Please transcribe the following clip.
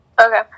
Okay